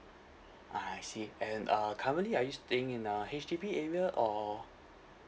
I see and uh currently are you staying in a H_D_B area or